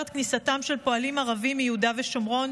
את כניסתם של פועלים ערבים מיהודה ושומרון